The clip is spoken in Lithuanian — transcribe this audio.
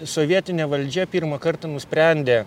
sovietinė valdžia pirmą kartą nusprendė